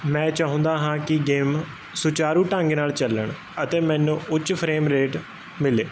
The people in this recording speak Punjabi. ਮੈਂ ਚਾਹੁੰਦਾ ਹਾਂ ਕਿ ਗੇਮ ਸੁਚਾਰੂ ਢੰਗ ਨਾਲ ਚੱਲਣ ਅਤੇ ਮੈਨੂੰ ਉੱਚ ਫਰੇਮ ਰੇਟ ਮਿਲੇ